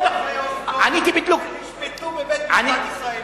ואלה שרצחו אחרי הסכם אוסלו ונשפטו בבית-משפט ישראלי?